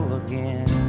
again